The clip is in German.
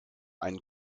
einen